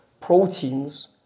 proteins